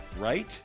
right